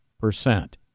percent